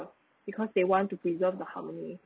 because they want to preserve the harmony